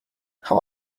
how